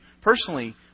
Personally